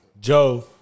joe